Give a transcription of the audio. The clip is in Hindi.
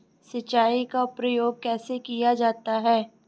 सिंचाई का प्रयोग कैसे किया जाता है?